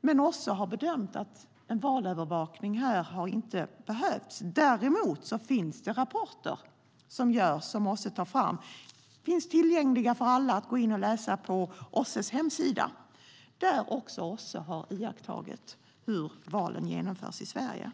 Men OSSE har bedömt att en valövervakning här inte har behövts. Däremot finns det rapporter som OSSE tar fram. De finns tillgängliga för alla att gå in och läsa på OSSE:s hemsida, och där har OSSE iakttagit hur valen genomförs i Sverige.